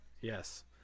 Yes